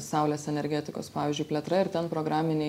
saulės energetikos pavyzdžiui plėtra ir ten programinė